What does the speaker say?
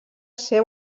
ser